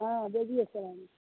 हॅं बेगुएसरायमे